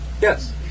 Yes